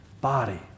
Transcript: body